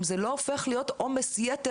אם זה לא הופך להיות עומס יתר,